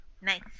Nice